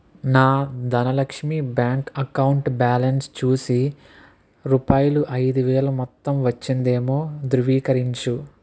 నా Dhanlaxmi bank account balance చూసి రూపాయిలు ఐదు వేలు మొత్తం వచ్చిందేమో ధృవీకరించు